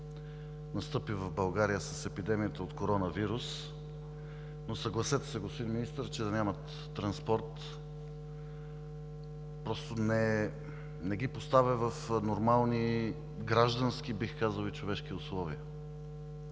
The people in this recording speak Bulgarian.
настъпи в България с епидемията от коронавирус, но съгласете се, господин Министър, че да нямат транспорт не ги поставя в нормални граждански, бих казал, и човешки условия.